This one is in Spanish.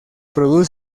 columna